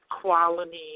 quality